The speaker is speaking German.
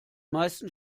meisten